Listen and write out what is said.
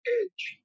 edge